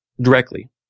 directly